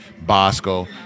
Bosco